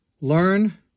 learn